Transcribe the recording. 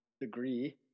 degree